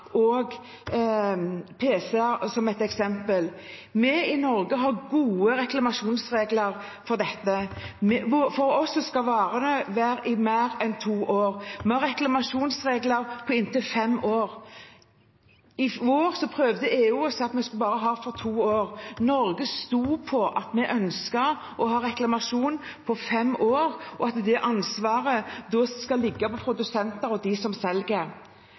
og pc-er: Vi i Norge har gode reklamasjonsregler for dette. For oss skal varene vare i mer enn to år, og vi har reklamasjonsregler på inntil fem år. I vår prøvde EU å si at vi skulle ha reklamasjon på bare to år. Norge sto på at vi ønsket å ha reklamasjon på fem år, og at det ansvaret skal ligge på produsentene og på dem som selger.